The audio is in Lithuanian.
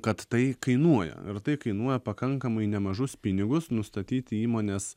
kad tai kainuoja ir tai kainuoja pakankamai nemažus pinigus nustatyti įmonės